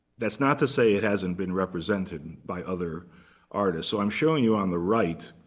that's not to say it hasn't been represented by other artists. so i'm showing you on the right,